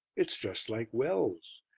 it's just like wells.